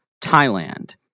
Thailand